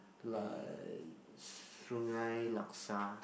like Sungei-Laksa